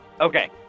Okay